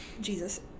Jesus